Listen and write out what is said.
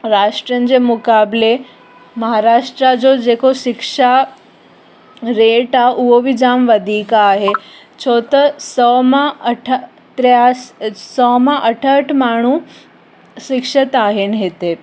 राष्ट्रनि जे मुकाबले महाराष्ट्र जो जेको शिक्षा रेट आहे उहो बि जाम वधीक आहे छो त सौ मां अठ त्र्यास सौ मां अठहठ माण्हू शिक्षत आहिनि हिते